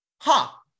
ha